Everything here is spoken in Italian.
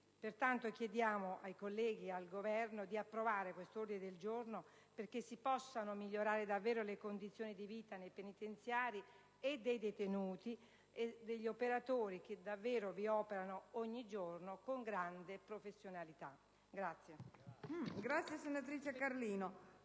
Pertanto, chiediamo ai colleghi e al Governo di accogliere quest'ordine del giorno, perché si possano migliorare davvero le condizioni di vita nei penitenziari sia dei detenuti, sia degli operatori che vi operano ogni giorno con grande professionalità.